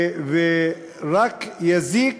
והוא רק יזיק